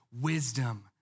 wisdom